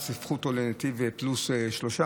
והפכו אותו משלושה נתיבים לנתיב פלוס שניים,